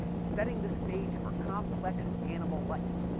setting the stage for complex animal life.